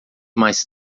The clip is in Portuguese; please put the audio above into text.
mais